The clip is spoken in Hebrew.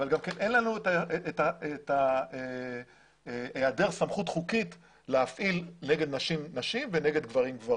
אבל אין לנו היעדר סמכות חוקית להפעיל נשים נגד נשים וגברים נגד גברים.